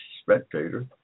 spectator